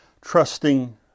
trusting